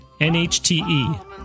NHTE